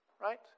right